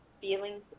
feelings